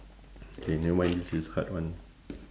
K nevermind this is hard one